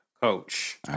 coach